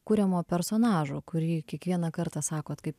kuriamo personažo kurį kiekvieną kartą sakot kaip